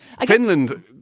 Finland